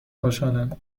خوشحالم